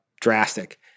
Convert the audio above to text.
drastic